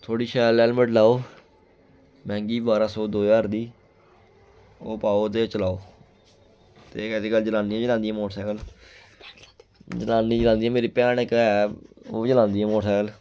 थोह्ड़ी शैल हेलमेट लाओ मैंह्गी बारां सौ दो ज्हार दी ओह् पाओ ते चलाओ ते अज्जकल जनानियां बी चलांदियां मोटरसैकल जनानियां चलांदियां मेरी भैन इक ऐ ओह् बी चलांदी ऐ मोटरसैकल